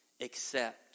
Accept